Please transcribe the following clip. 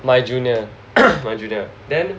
my junior my junior then